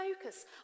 focus